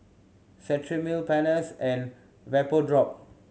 Cetrimide Pansy and Vapodrop